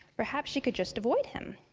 perhaps she could just avoid him.